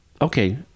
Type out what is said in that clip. okay